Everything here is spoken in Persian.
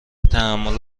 تحمل